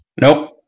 Nope